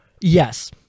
Yes